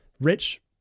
rich